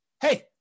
hey